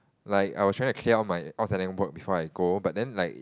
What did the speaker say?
like I was trying to clear all my outstanding work before I go but then like